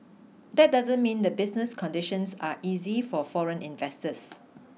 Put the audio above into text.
that doesn't mean the business conditions are easy for foreign investors